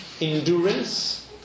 endurance